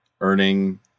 earning